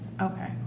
Okay